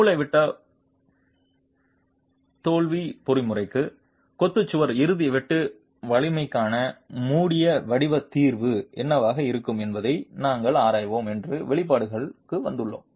மூலைவிட்ட பதற்றம் தோல்வி பொறிமுறைக்கு கொத்து சுவரின் இறுதி வெட்டு வலிமைக்கான மூடிய வடிவ தீர்வு என்னவாக இருக்கும் என்பதை நாங்கள் அறிவோம் என்று வெளிப்பாடுகளுக்கு வந்துள்ளோம்